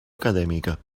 acadèmica